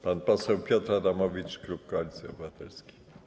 Pan poseł Piotr Adamowicz, klub Koalicji Obywatelskiej.